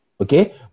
Okay